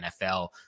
NFL